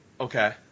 okay